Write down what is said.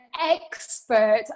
expert